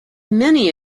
many